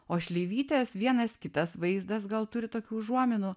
o šleivytės vienas kitas vaizdas gal turi tokių užuominų